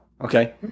okay